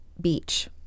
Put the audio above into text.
Beach